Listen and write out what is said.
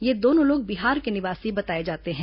ये दोनों लोग बिहार के निवासी बताए जाते हैं